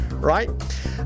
right